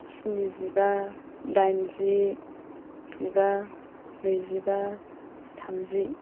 स्निजिबा दाइनजि जिबा नैजिबा थामजि